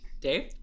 Dave